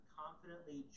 confidently